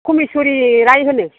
कुमिस्वरि राय होनो